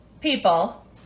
people